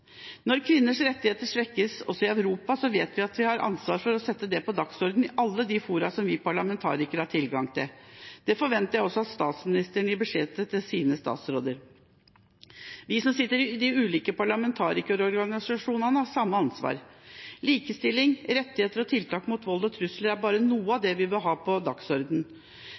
Når kvinners rettigheter svekkes, også i Europa, vet vi at vi har ansvar for å sette det på dagsordenen i alle de fora som vi parlamentarikere har tilgang til. Det forventer jeg også at statsministeren gir beskjed til sine statsråder om. Vi som sitter i de ulike parlamentarikerorganisasjonene, har samme ansvar. Likestilling, rettigheter og tiltak mot vold og trusler er bare noe av det vi bør ha på